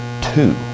two